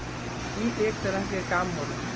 ई एक तरह के काम होला